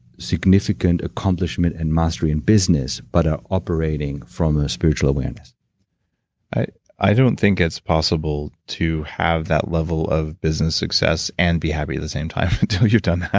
significant accomplishment and mastery in business, but are operating from a spiritual awareness i i don't think it's possible to have that level of business success and be happy at the same time until you've done that.